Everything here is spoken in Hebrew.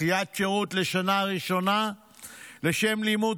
דחיית שירות לשנה ראשונה לשם לימוד